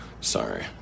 Sorry